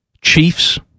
Chiefs